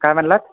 काय म्हणालात